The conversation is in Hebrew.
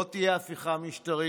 לא תהיה הפיכה משטרית.